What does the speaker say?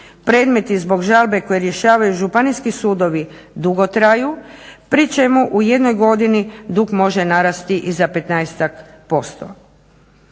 Predmeti zbog žalbe koji rješavaju Županijski sudovi dugo traju pri čemu u jednoj godini dug može narasti i za 15-tak